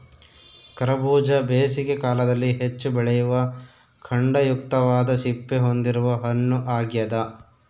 ಕರಬೂಜ ಬೇಸಿಗೆ ಕಾಲದಲ್ಲಿ ಹೆಚ್ಚು ಬೆಳೆಯುವ ಖಂಡಯುಕ್ತವಾದ ಸಿಪ್ಪೆ ಹೊಂದಿರುವ ಹಣ್ಣು ಆಗ್ಯದ